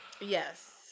yes